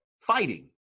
fighting